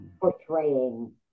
portraying